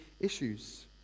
issues